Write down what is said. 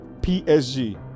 PSG